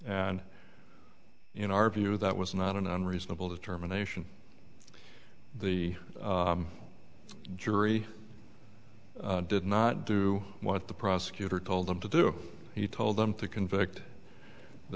and in our view that was not an unreasonable determination the jury did not do what the prosecutor told them to do he told them to convict the